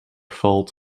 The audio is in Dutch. valt